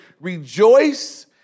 Rejoice